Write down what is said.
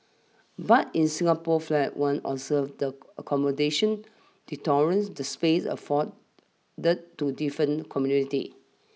but in Singapore's flag one observes the accommodation the tolerance the space afforded the to different communities